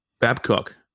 babcock